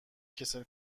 کسل